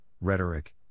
rhetoric